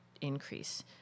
increase